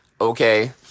Okay